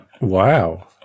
Wow